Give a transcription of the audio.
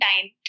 time